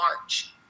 march